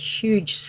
huge